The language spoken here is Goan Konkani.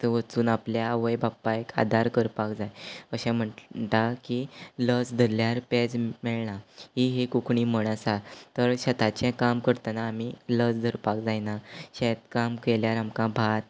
थंय वचून आपल्या आवय बापायक आदार करपाक जाय अशें म्हणटा की लज धरल्यार पेज मेळणा ही एक कोंकणी म्हण आसा तर शेताचें काम करतना आमी लज धरपाक जायना शेतकाम केल्यार आमकां भात